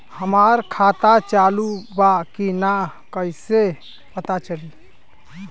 हमार खाता चालू बा कि ना कैसे पता चली?